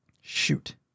Shoot